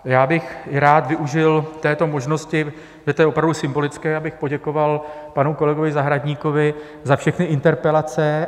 Já bych rád využil této možnosti, protože to je opravdu symbolické, abych poděkoval panu kolegovi Zahradníkovi za všechny interpelace.